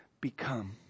become